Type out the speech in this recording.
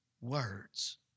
words